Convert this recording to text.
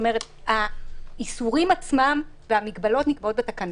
כלומר האיסורים עצמם והמגבלות נקבעים בתקנות.